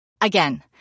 Again